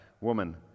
woman